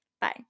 Bye